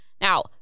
now